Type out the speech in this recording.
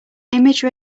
image